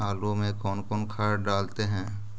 आलू में कौन कौन खाद डालते हैं?